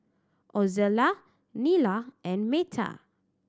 Ozella Nila and Meta